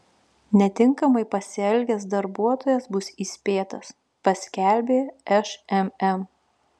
netinkamai pasielgęs darbuotojas bus įspėtas paskelbė šmm